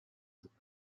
cette